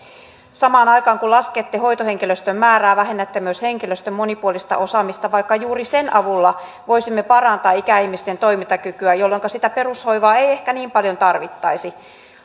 samaan aikaan kun laskette hoitohenkilöstön määrää vähennätte myös henkilöstön monipuolista osaamista vaikka juuri sen avulla voisimme parantaa ikäihmisten toimintakykyä jolloinka sitä perushoivaa ei ehkä niin paljon tarvittaisi